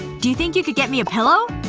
do you think you could get me a pillow?